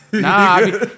Nah